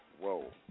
Whoa